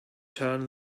turn